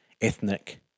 ethnic